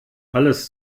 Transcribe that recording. alles